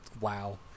wow